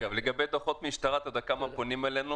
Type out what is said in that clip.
לגבי דוחות משטרה אתה יודע כמה פונים אלינו?